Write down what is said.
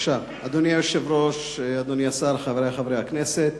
אדוני היושב-ראש, אדוני השר, חברי חברי הכנסת,